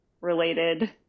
related